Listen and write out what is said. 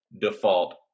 default